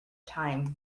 time